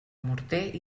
morter